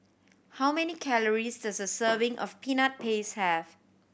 how many calories does a serving of Peanut Paste have